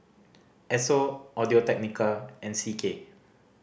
Esso Audio Technica and C K